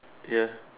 ya